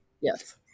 Yes